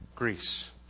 Greece